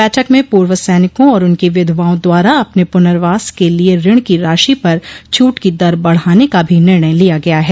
बैठक में पूर्व सैनिकों और उनकी विधवाओं द्वारा अपने पुनर्वास के लिये गये ऋण की राशि पर छूट की दर बढ़ाने का भी निर्णय लिया गया है